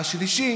השלישי